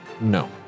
No